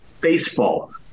Baseball